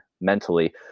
mentally